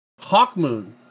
Hawkmoon